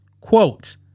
Quote